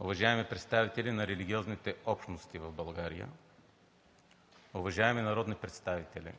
уважаеми представители на религиозните общности в България, уважаеми народни представители,